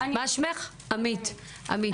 עמית: עמית,